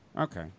Okay